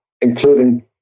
including